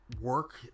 work